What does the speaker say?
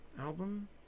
album